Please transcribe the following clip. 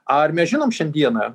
ar mes žinom šiandieną